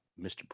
mr